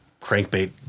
crankbait